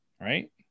Right